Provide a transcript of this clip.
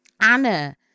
Anna